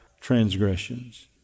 transgressions